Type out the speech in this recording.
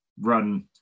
run